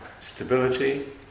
stability